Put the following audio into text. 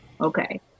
okay